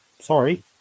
Sorry